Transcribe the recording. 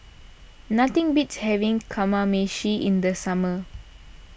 nothing beats having Kamameshi in the summer